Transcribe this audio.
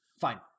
fine